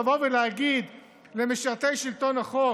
לבוא ולהגיד למשרתי שלטון החוק: